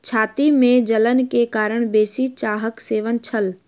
छाती में जलन के कारण बेसी चाहक सेवन छल